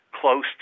close